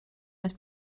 als